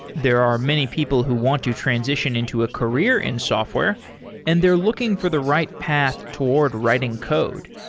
there are many people who want to transition into a career in software and they're looking for the right path toward writing code.